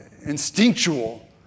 instinctual